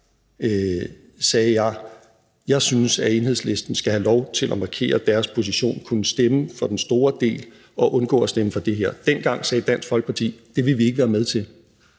sagde jeg: Jeg synes, at Enhedslisten skal have lov til at markere deres position og kunne stemme for den store del og undgå at stemme for det her. Dengang sagde Dansk Folkeparti: Det vil vi ikke være med til.